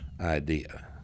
idea